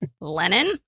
Lenin